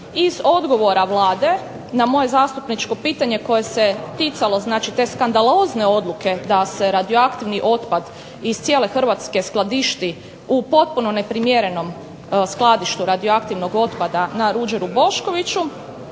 iz odgovora Vlade na moje zastupničko pitanje koje se ticalo znači te skandalozne odluke da se radioaktivni otpad iz cijele Hrvatske skladišti u potpuno neprimjerenom skladištu radioaktivnog otpada na Ruđeru Boškoviću,